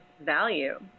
value